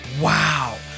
Wow